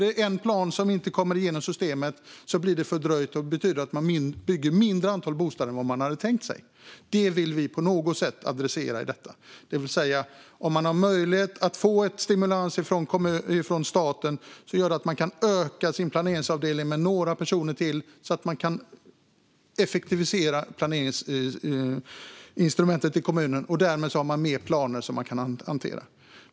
Om en plan inte kommer igenom systemet blir det fördröjt, och det betyder att de bygger ett mindre antal bostäder än vad de hade tänkt. Det vill vi på något sätt adressera här. Om kommunerna har möjlighet att få stimulans från staten kan de alltså öka sin planeringsavdelning med några personer till för att effektivisera planeringsinstrumentet i kommunen. Därmed har de fler planer som de kan hantera.